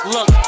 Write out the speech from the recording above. Look